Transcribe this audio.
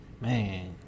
man